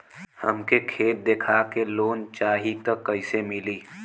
हमके खेत देखा के लोन चाहीत कईसे मिली?